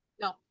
No